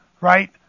right